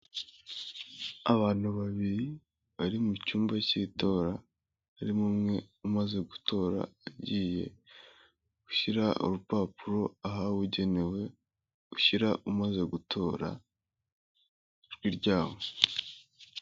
Abantu babiri bari mu cyumba cy'itora, harimo umwe umaze gutora agiye gushyira urupapuro ahabugenewe ushyira umaze gutora ijwi ryawe.